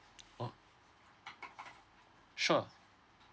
oh sure